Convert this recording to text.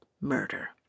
Murder